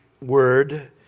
word